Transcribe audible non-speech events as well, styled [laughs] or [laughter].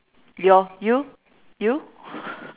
your you you [laughs]